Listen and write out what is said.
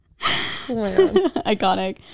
iconic